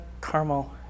caramel